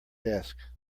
desk